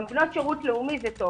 גם בנות שירות לאומי זה טוב.